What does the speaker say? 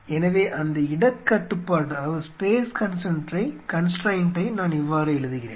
எனவே அந்த இடக் கட்டுப்பாட்டை நான் இவ்வாறு எழுதுகிறேன்